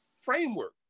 framework